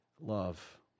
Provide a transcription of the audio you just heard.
Love